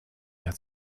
mehr